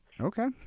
Okay